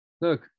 Look